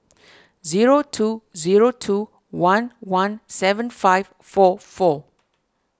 zero two zero two one one seven five four four